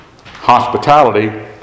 Hospitality